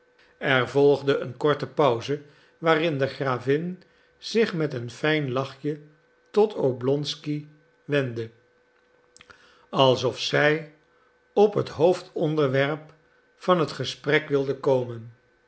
er volgde een korte pauze waarin de gravin zich met een fijn lachje tot oblonsky wendde alsof zij op het hoofdonderwerp van het gesprek wilde komen